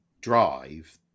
drive